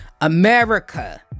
america